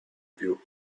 più